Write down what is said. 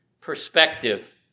perspective